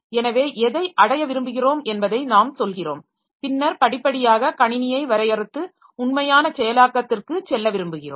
எனவே எதை அடைய விரும்புகிறோம் என்பதை நாம் சொல்கிறோம் பின்னர் படிப்படியாக கணினியை வரையறுத்து உண்மையான செயலாக்கத்திற்கு செல்ல விரும்புகிறோம்